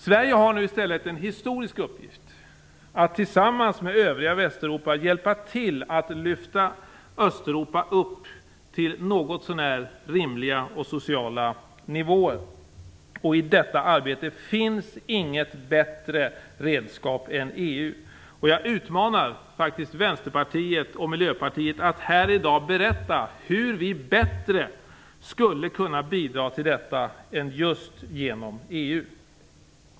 Sverige har nu en historisk uppgift att tillsammans med övriga Västeuropa hjälpa till att lyfta upp Östeuropa till något så när rimliga, sociala nivåer. I detta arbete finns inget bättre redskap än EU. Jag utmanar faktiskt Vänsterpartiet och Miljöpartiet att här i dag berätta hur vi bättre skulle kunna bidra till detta än just genom EU.